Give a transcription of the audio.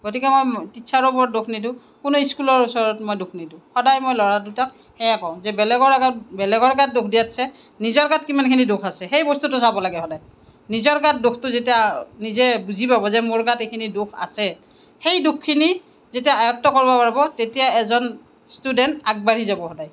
গতিকে টিচাৰৰ ওপৰত দোষ নিদিওঁ কোনো স্কুলৰ ওচৰত মই দোষ নিদিওঁ সদায় মই ল'ৰা দুটাক সেয়ে কওঁ যে বেলেগৰ আগত বেলেগৰ গাত দোষ দিয়াতচে নিজৰ গাত কিমানখিনি দোষ আছে সেই বস্তুটো চাব লাগে সদায় নিজৰ গাত দোষটো যেতিয়া নিজে বুজি পাব যে মোৰ গাত এইখিনি দোষ আছে সেই দোষখিনি যেতিয়া আয়ত্ব কৰিব পাৰিব তেতিয়া এজন ষ্টুডেণ্ট আগবাঢ়ি যাব সদায়